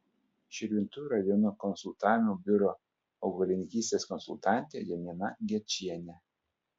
širvintų rajono konsultavimo biuro augalininkystės konsultantė janina gečienė